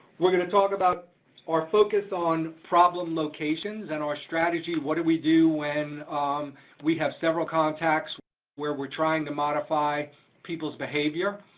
we're gonna talk about our focus on problem locations, and our strategy, what did we do when we have several contacts where we're trying to modify peoples' behavior,